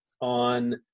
on